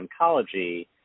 oncology